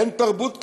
אין תרבות כזאת,